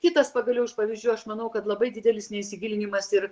kitas pagaliau iš pavyzdžių aš manau kad labai didelis neįsigilinimas ir